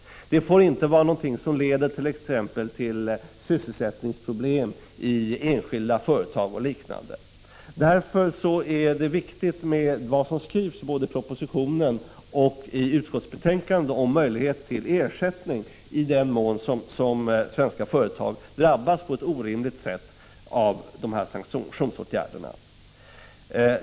Konsekvenserna får inte leda till sysselsättningsproblem i enskilda företag och liknande. Därför är det viktigt med vad som skrivs i både propositionen och utskottsbetänkandet om möjligheterna till ersättning i den mån som svenska företag drabbas på ett orimligt sätt av de här sanktionsåtgärderna.